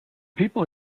people